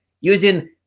using